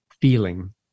feeling